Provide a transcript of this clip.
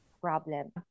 problem